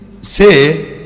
say